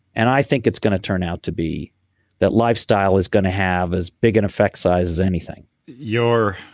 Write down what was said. and i think it's gonna turn out to be that life style is gonna have as big an effect size as anything your.